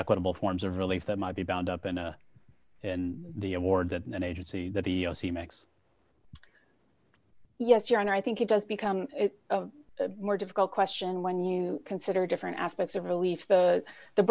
equitable forms of relief that might be bound up into the award that an agency that the c makes yes you're on i think it does become more difficult question when you consider different aspects of relief the the